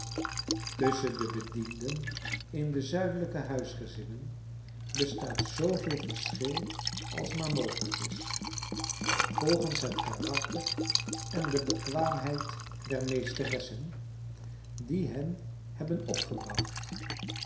tusschen de bedienden in zuidelijke huisgezinnen bestaat zooveel verschil als maar mogelijk is volgens het karakter en de bekwaamheid der meesteressen die hen hebben opgebracht